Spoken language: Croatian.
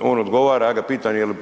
On odgovara, ja ga pitam jel'